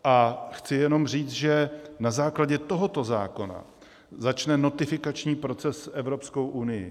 A chci jenom říct, že na základě tohoto zákona začne notifikační proces s Evropskou unií.